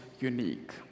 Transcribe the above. unique